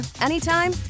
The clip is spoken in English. anytime